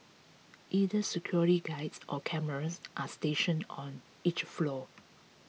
either security guards or cameras are stationed on each floor